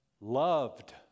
loved